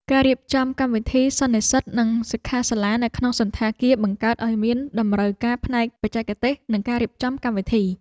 ការរៀបចំកម្មវិធីសន្និសីទ និងសិក្ខាសាលានៅក្នុងសណ្ឋាគារបង្កើតឱ្យមានតម្រូវការផ្នែកបច្ចេកទេស និងការរៀបចំកម្មវិធី។